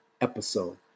episode